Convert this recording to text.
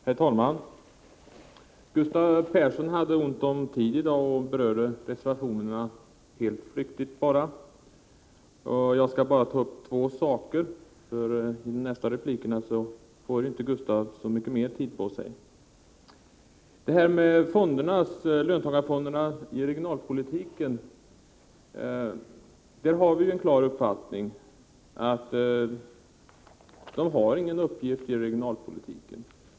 Herr talman! Gustav Persson hade ont om tid i dag och berörde reservationerna helt flyktigt. Jag skall bara ta upp två saker, för i de följande replikerna får inte Gustav Persson så mycket mer tid på sig. När det gäller löntagarfonderna i regionalpolitiken har vi en klar uppfattning, nämligen att de inte har någon uppgift i regionalpolitiken.